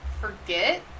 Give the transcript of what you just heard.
forget